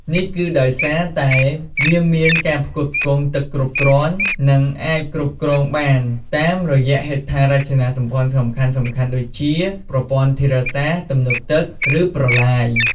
នេះគឺដោយសារតែវាមានការផ្គត់ផ្គង់ទឹកគ្រប់គ្រាន់ និងអាចគ្រប់គ្រងបាន តាមរយៈហេដ្ឋារចនាសម្ព័ន្ធសំខាន់ៗដូចជា ប្រព័ន្ធធារាសាស្ត្រ ទំនប់ទឹក ឬប្រឡាយ។